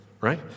right